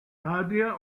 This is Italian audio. adria